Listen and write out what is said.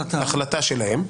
החלטה שלהם".